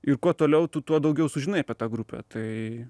ir kuo toliau tu tuo daugiau sužinai apie tą grupę tai